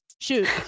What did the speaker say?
Shoot